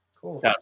cool